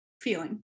feeling